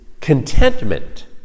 contentment